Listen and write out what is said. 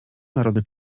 narody